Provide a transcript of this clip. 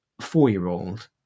four-year-old